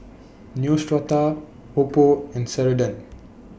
Neostrata Oppo and Ceradan